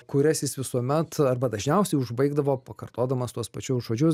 kurias jis visuomet arba dažniausiai užbaigdavo pakartodamas tuos pačius žodžius